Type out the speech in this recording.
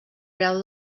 grau